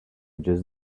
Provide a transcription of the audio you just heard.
just